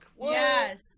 Yes